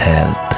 Health